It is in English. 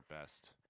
best